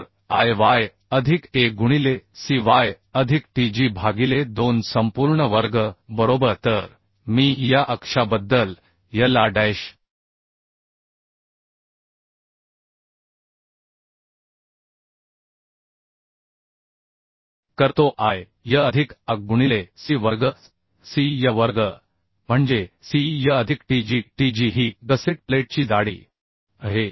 तर I y अधिक a गुणिले c y अधिक t g भागिले 2 संपूर्ण वर्ग बरोबर तर मी या अक्षाबद्दल y ला डॅश करतो I y अधिक a गुणिले c वर्ग c y वर्ग म्हणजे c y अधिक t g t g ही गसेट प्लेटची जाडीआहे